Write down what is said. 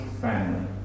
family